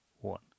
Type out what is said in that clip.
one